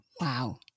Wow